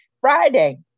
friday